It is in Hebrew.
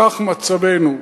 כך מצבנו.